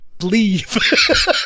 Leave